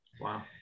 Wow